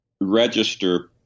register